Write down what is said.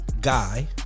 guy